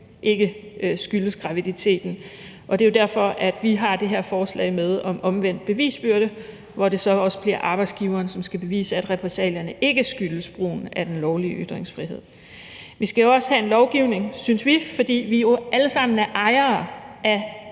ikke skyldes graviditeten. Og det er jo derfor, vi har det her forslag med om omvendt bevisbyrde, hvor det så også bliver arbejdsgiveren, som skal bevise, at repressalierne ikke skyldes brugen af den lovlige ytringsfrihed. Vi skal også have en lovgivning, synes vi, fordi vi jo alle sammen er ejere af